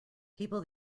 people